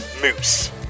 moose